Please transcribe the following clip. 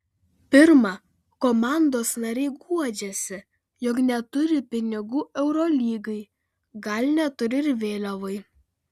pirma komandos nariai guodžiasi jog neturi pinigų eurolygai gal neturi ir vėliavai